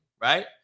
right